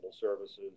services